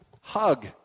hug